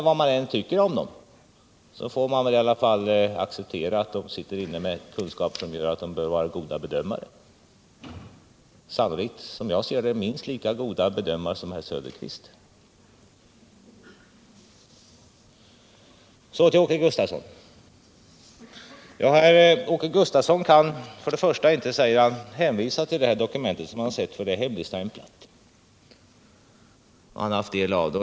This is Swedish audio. Vad man än tycker om dem får man acceptera att de sitter inne med kunskaper som gör att de borde vara goda bedömare, som jag ser det sannolikt minst lika goda bedömare som herr Söderqvist. Åke Gustavsson kan inte säga att han hänvisar till de här dokumenten, för de är hemligstämplade.